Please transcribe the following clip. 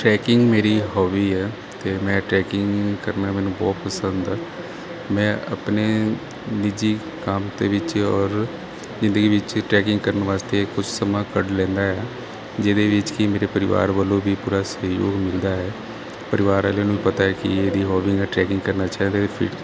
trekking ਮੇਰੀ hobby ਹੈ ਅਤੇ ਮੈਂ ਟਰੈਕਿੰਗ ਕਰਨਾ ਮੈਨੂੰ ਬਹੁਤ ਪਸੰਦ ਆ ਮੈਂ ਆਪਣੇ ਨਿੱਜੀ ਕੰਮ ਦੇ ਵਿੱਚ ਔਰ ਜ਼ਿੰਦਗੀ ਵਿੱਚ ਟਰੈਕਿੰਗ ਕਰਨ ਵਾਸਤੇ ਕੁਝ ਸਮਾਂ ਕੱਢ ਲੈਂਦਾ ਹੈਗਾ ਜਿਹਦੇ ਵਿੱਚ ਕਿ ਮੇਰੇ ਪਰਿਵਾਰ ਵੱਲੋਂ ਵੀ ਪੂਰਾ ਸਹਿਯੋਗ ਮਿਲਦਾ ਹੈ ਪਰਿਵਾਰ ਵਾਲਿਆਂ ਨੂੰ ਪਤਾ ਕਿ ਇਹਦੀ ਹੋਬੀ ਹੈ ਟਰੈਕਿੰਗ ਕਰਨਾ ਚਾਹਦੇ